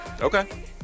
Okay